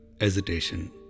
hesitation